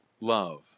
love